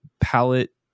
palette